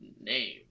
name